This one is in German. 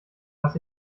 was